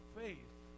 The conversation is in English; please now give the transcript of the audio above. faith